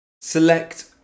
Select